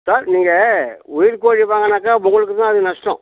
sir நீங்கள் உயிர் கோழி வாங்கினாக்கா உங்களுக்கு தான் அது நஷ்டம்